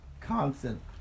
constant